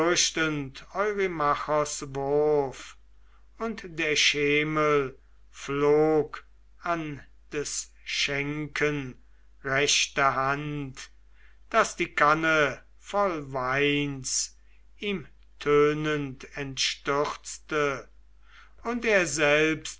und der schemel flog an des schenken rechte hand daß die kanne voll weins ihm tönend entstürzte und er selbst